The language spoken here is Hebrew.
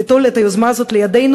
ליטול את היוזמה הזאת לידינו,